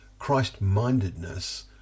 Christ-mindedness